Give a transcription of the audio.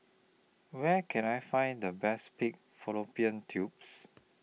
Where Can I Find The Best Pig Fallopian Tubes